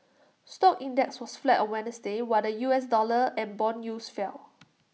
stock index was flat on Wednesday while the U S dollar and Bond yields fell